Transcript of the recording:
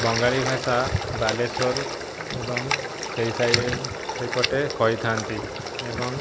ବଙ୍ଗାଳି ଭାଷା ବାଲେଶ୍ୱର ଏବଂ ସେହି ସେହିପଟେ କହିଥାନ୍ତି ଏବଂ